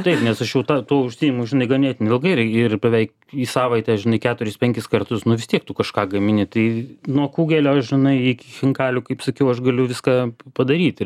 taip nes aš jau ta tuo užsiimu žinai ganėtinai ilgai ir ir beveik į savaitę žinai keturis penkis kartus nu vis tiek tu kažką gamini tai nuo kugelio žinai iki chinkalių kaip sakiau aš galiu viską pa padaryti